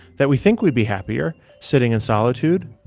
that we think we'd be happier sitting in solitude.